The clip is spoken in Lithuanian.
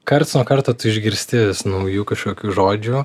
karts nuo karto išgirsti vis naujų kažkokių žodžių